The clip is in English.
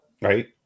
right